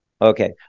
Okay